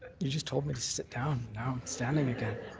you just told me to sit down, now i'm standing again.